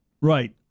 Right